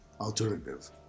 alternative